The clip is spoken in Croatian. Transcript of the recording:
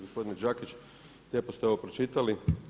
Gospodine Đakić, lijepo ste ovo pročitali.